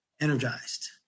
energized